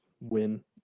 win